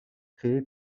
créé